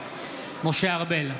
משה ארבל,